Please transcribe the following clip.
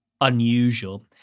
unusual